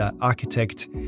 architect